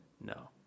no